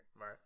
Right